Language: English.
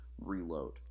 reload